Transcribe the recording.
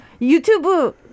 YouTube